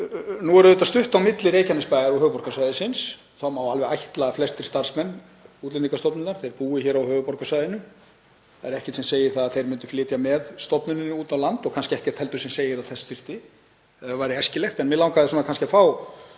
Nú er auðvitað stutt á milli Reykjanesbæjar og höfuðborgarsvæðisins. Það má alveg ætla að flestir starfsmenn Útlendingastofnunar búi hér á höfuðborgarsvæðinu. Það er ekkert sem segir að þeir myndu flytja með stofnuninni út á land og kannski ekkert heldur sem segir að þess þyrfti eða að það væri æskilegt. Mig langaði kannski að fá